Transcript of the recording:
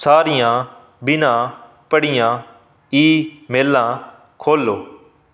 ਸਾਰੀਆਂ ਬਿਨਾ ਪੜ੍ਹੀਆ ਈਮੇਲਾਂ ਖੋਲ੍ਹੋ